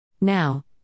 Now